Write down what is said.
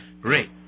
Great